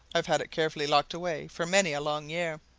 i've had it carefully locked away for many a long year!